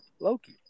Loki